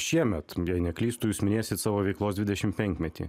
šiemet jei neklystu jūs minėsit savo veiklos dvidešimtpenkmetį